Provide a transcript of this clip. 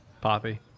poppy